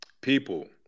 People